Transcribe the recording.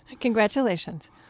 Congratulations